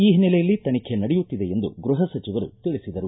ಈ ಹಿನ್ನೆಲೆಯಲ್ಲಿ ತನಿಖೆ ನಡೆಯುತ್ತಿದೆ ಎಂದು ಗೃಹ ಸಚಿವರು ತಿಳಿಸಿದರು